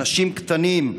אנשים קטנים,